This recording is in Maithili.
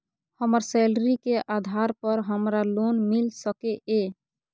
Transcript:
हमर सैलरी के आधार पर हमरा लोन मिल सके ये?